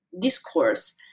discourse